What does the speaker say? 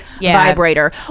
vibrator